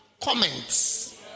comments